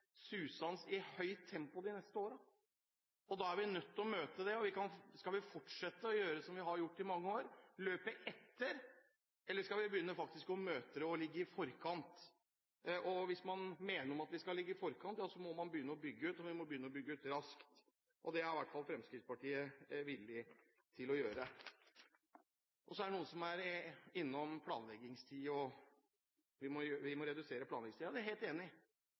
susende i høyt tempo de neste årene. Da er vi nødt til å møte det. Skal vi fortsette å gjøre som vi har gjort i mange år – løpe etter? Eller skal vi begynne å møte det og ligge i forkant? Hvis man mener at man skal ligge i forkant, må man begynne å bygge ut, og man må begynne å bygge ut raskt. Det er i hvert fall Fremskrittspartiet villig til å gjøre. Noen var innom planleggingstid. Vi må redusere planleggingstiden – det er jeg helt enig